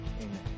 Amen